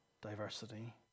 diversity